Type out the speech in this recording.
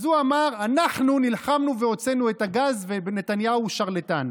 אז הוא אמר: אנחנו נלחמנו והוצאנו את הגז ונתניהו שרלטן.